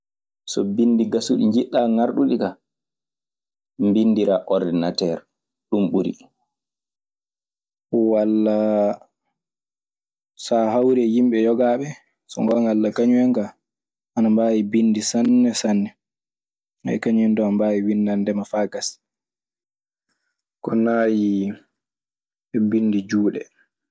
So binɗi gasuɗi njiɗɗaa ngarɗuɗi kaa mbinndiraa ordinateer ɗun ɓuri. Walla so sa a hawrii e yimɓe yogaaɓe. So goonga Alla kañum en kaa ana mbaawi binndi sanne sanne. kañum en duu ana mbaawi winndandema faa gasa. Ko naayii e binɗi juuɗe.